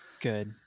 good